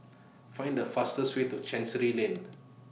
Find The fastest Way to Chancery Lane